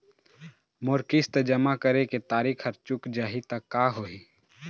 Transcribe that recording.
मोर किस्त जमा करे के तारीक हर चूक जाही ता का होही?